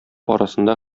арасында